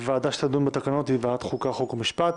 הוועדה שתדון בתקנות היא ועדת חוקה חוק ומשפט.